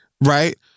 Right